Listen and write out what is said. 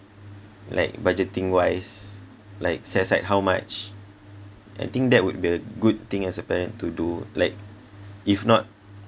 like budgeting wise like set aside how much I think that would be a good thing as a parent to do like if not